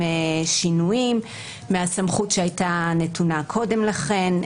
שינויים מהסמכות שהייתה נתונה קודם לכן.